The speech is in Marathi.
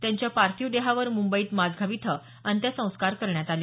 त्यांच्या पार्थिव देहावर मुंबईत माझगाव इथं अंत्यसंस्कार करण्यात आले